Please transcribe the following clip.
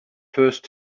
first